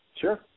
Sure